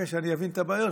אחרי שאני אבין את הבעיות,